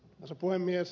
arvoisa puhemies